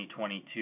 2022